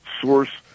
source